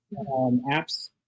apps